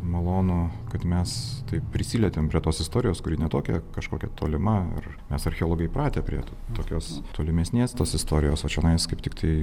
malonu kad mes taip prisilietėm prie tos istorijos kuri ne tokia kažkokia tolima ar mes archeologai pratę prie to tokios tolimesnės tos istorijos o čionais kaip tiktai